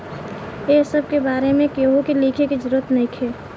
ए सब के बारे में केहू के लिखे के जरूरत नइखे